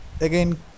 again